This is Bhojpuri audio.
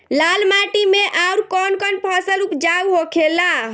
लाल माटी मे आउर कौन कौन फसल उपजाऊ होखे ला?